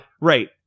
right